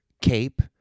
cape